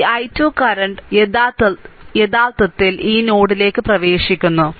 ഈ i 2 current യഥാർത്ഥത്തിൽ ഈ നോഡിലേക്ക് പ്രവേശിക്കുന്നു